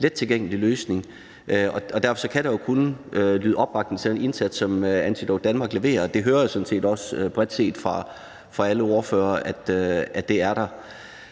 lettilgængelig løsning. Derfor kan der jo kun lyde opbakning til den indsats, som Antidote Danmark leverer, og det hører jeg sådan set også bredt fra alle ordførere at der er.